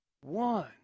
one